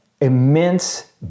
immense